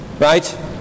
right